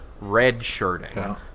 red-shirting